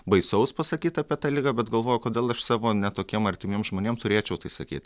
baisaus pasakyt apie tą ligą bet galvoju kodėl aš savo ne tokiem artimiem žmonėm turėčiau tai sakyti